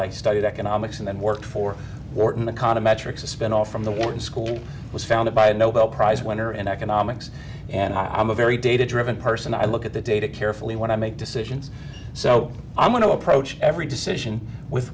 i studied economics and work for wharton econometrics a spin off from the wharton school was founded by a nobel prize winner in economics and i'm a very data driven person i look at the data carefully when i make decisions so i'm going to approach every decision with